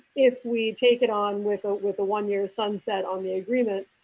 if we take it on with ah with the one year sunset on the agreement,